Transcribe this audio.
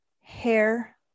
hair